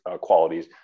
qualities